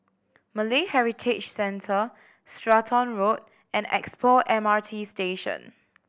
Malay Heritage Centre Stratton Road and Expo M R T Station